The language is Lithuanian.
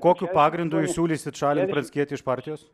kokiu pagrindu ir siūlysit šalint pranckietį iš partijos